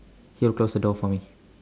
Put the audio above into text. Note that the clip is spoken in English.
he will close the door for me